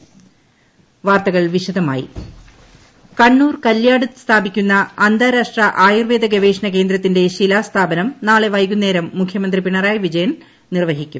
ശിലാസ്ഥാപനം കണ്ണൂർ കല്യാട് സ്ഥാപിക്കുന്ന അന്താരാഷ്ട്ര ആയുർവേദ ഗവേഷണ കേന്ദ്രത്തിന്റെ ശിലാസ്ഥാപനം നാളെ വൈകുന്നേരം മുഖ്യമന്ത്രി പിണറായി വിജയൻ നിർവഹിക്കും